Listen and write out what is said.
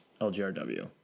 LGRW